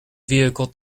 vehicle